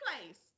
place